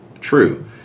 true